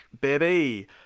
baby